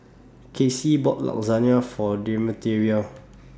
Casie bought Lasagna For Demetria